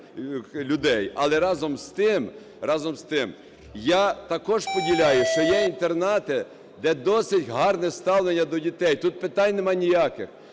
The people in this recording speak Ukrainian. тим, разом з тим, я також поділяю, що є інтернати, де досить гарне ставлення до дітей. Тут питань нема ніяких.